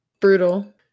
brutal